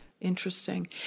Interesting